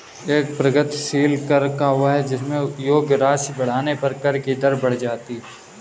एक प्रगतिशील कर वह है जिसमें कर योग्य राशि बढ़ने पर कर की दर बढ़ जाती है